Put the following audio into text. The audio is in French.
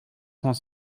cent